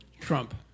Trump